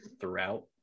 throughout